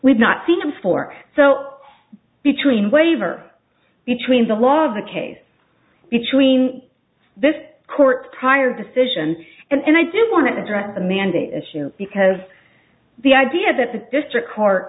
we've not seen them for so between waiver between the law of the case between this court prior decision and i did want to address the mandate issue because the idea that the district court